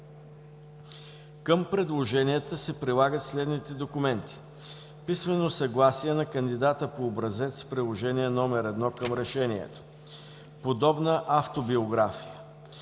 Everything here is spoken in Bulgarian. Към предложенията се прилагат следните документи: - писмено съгласие на кандидата по образец – Приложение № 1 към решението; - подробна автобиография;